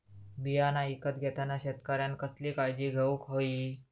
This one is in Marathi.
बियाणा ईकत घेताना शेतकऱ्यानं कसली काळजी घेऊक होई?